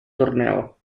torneo